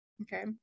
Okay